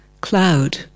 cloud